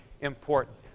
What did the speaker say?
important